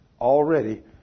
already